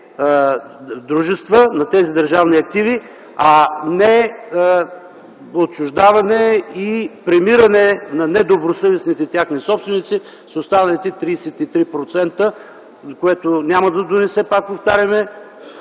дружества на държавните активи, а не отчуждаване и премиране на недобросъвестните техни собственици с останалите 33%, което няма да донесе, пак повтаряме,